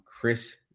Chris